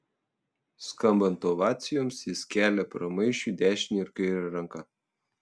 skambant ovacijoms jis kelia pramaišiui dešinę ir kairę ranką